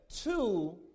two